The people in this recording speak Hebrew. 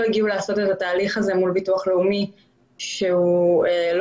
הצליחו לעשות את התהליך מול ביטוח לאומי שהוא לא